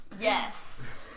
Yes